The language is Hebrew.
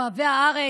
אוהבי הארץ,